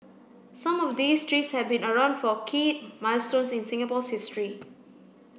some of these trees have been around for key milestones in Singapore's history